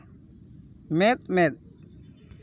ᱢᱮᱸᱫ ᱢᱮᱸᱫ